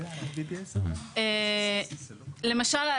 למשל,